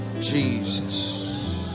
Jesus